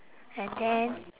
and then